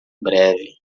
breve